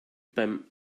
beim